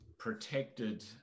protected